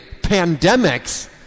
pandemics